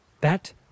That